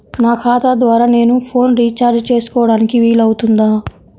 నా ఖాతా ద్వారా నేను ఫోన్ రీఛార్జ్ చేసుకోవడానికి వీలు అవుతుందా?